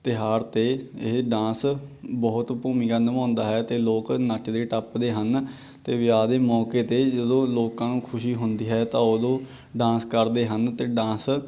ਤਿਉਹਾਰ ਅਤੇ ਇਹ ਡਾਂਸ ਬਹੁਤ ਭੂਮਿਕਾ ਨਿਭਾਉਂਦਾ ਹੈ ਅਤੇ ਲੋਕ ਨੱਚਦੇ ਟੱਪਦੇ ਹਨ ਅਤੇ ਵਿਆਹ ਦੇ ਮੌਕੇ 'ਤੇ ਜਦੋਂ ਲੋਕਾਂ ਨੂੰ ਖੁਸ਼ੀ ਹੁੰਦੀ ਹੈ ਤਾਂ ਉਦੋਂ ਡਾਂਸ ਕਰਦੇ ਹਨ ਅਤੇ ਡਾਂਸ